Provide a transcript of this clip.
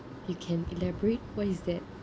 you can elaborate what is that